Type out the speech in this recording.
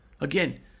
Again